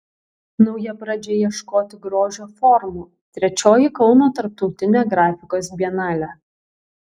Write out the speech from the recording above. nauja pradžia ieškoti grožio formų trečioji kauno tarptautinė grafikos bienalė